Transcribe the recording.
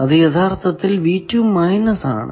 അത് യഥാർത്ഥത്തിൽ ആണ്